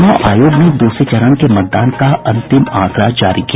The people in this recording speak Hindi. चुनाव आयोग ने दूसरे चरण के मतदान का अंतिम आंकड़ा जारी किया